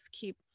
keep